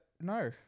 No